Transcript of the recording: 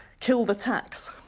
kill the tax.